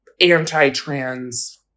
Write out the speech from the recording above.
anti-trans